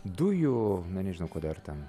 dujų na nežinau ko dar ten